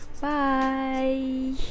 Bye